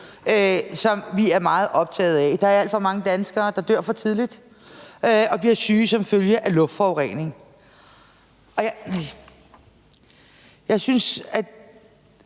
som vi er meget optaget af. Der er alt for mange danskere, der blive syge som følge af luftforurening, og alt